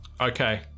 okay